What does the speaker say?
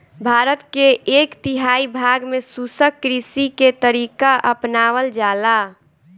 भारत के एक तिहाई भाग में शुष्क कृषि के तरीका अपनावल जाला